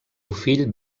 fill